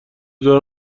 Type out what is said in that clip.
دوران